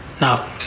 Now